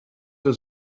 der